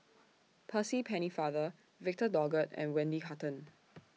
Percy Pennefather Victor Doggett and Wendy Hutton